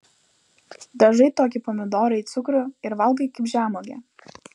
dažai tokį pomidorą į cukrų ir valgai kaip žemuogę